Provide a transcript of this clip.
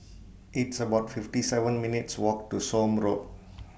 It's about fifty seven minutes' Walk to Somme Road